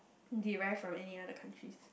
derive from any other countries